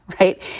right